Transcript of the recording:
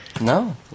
No